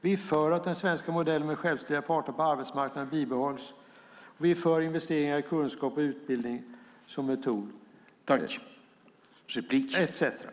Vi är för att den svenska modellen med självständiga parter på arbetsmarknaden bibehålls. Vi är för investeringar i kunskap och utbildning som metod, etcetera.